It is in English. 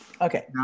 Okay